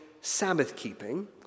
Sabbath-keeping